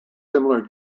similar